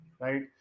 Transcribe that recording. right